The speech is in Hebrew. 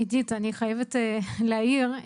עידית, אני חייבת להעיר.